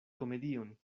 komedion